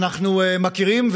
אנחנו מכירים,